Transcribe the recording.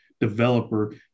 developer